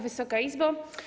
Wysoka Izbo!